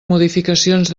modificacions